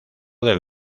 del